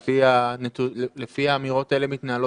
לפי האמירות האלה,